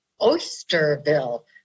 Oysterville